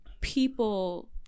People